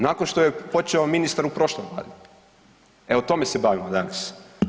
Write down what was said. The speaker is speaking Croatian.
Nakon što je počeo ministar u prošloj Vladi, evo tome se bavimo danas.